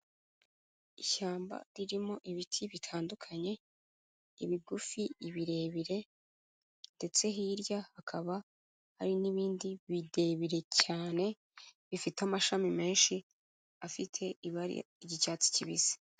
Ishyamba ririmo ibiti bitandukanye; ibigufi, ibirebire ndetse hirya hakaba hari n'ibindi birebire cyane, bifite amashami menshi afite ibara ry'icyatsi kibisi.